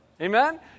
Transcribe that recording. Amen